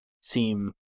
seem